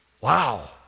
Wow